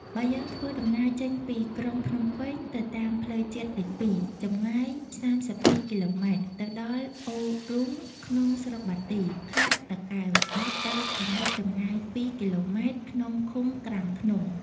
បើយើងធ្វើដំណើរចេញពីក្រុងភ្នំពេញទៅតាមផ្លូវជាតិលេខ ២ ចម្ងាយ ៣២ គ.ម ទៅដល់អូររូង ក្នុងស្រុកបាទី ខេត្តតាកែវ បត់ទៅខាងលិចចម្ងាយ ២ គ.ម ក្នុងឃុំក្រាំងធ្នង់។